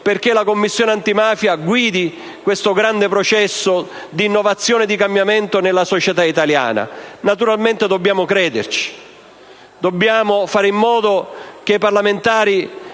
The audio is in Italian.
tutti gli strumenti per guidare questo grande processo di innovazione e cambiamento nella società italiana. Naturalmente dobbiamo crederci. Dobbiamo fare in modo che i parlamentari